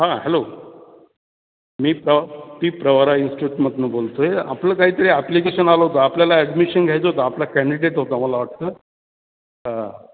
हां हॅलो मी प्र ती प्रवारा इन्स्टिट्यूटमधून बोलतो आहे आपलं काहीतरी ॲप्लिकेशन आलं होतं आपल्याला ॲडमिशन घ्यायचं होतं आपला कँडिडेट होता मला वाटतं हां